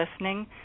listening